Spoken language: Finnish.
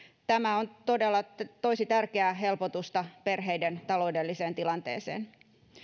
tämä todella toisi tärkeää helpotusta perheiden taloudelliseen tilanteeseen